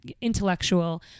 intellectual